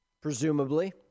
Presumably